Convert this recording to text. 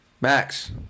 Max